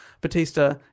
Batista